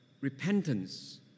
Repentance